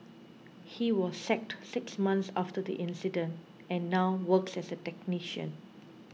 he was sacked six months after the incident and now works as a technician